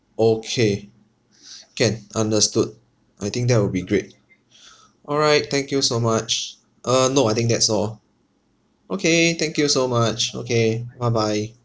okay can understood I think that will be great all right thank you so much uh no I think that's all okay thank you so much okay bye bye